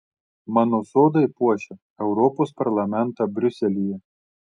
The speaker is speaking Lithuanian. mano sodai puošia europos parlamentą briuselyje